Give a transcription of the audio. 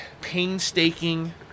painstaking